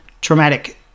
traumatic